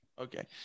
Okay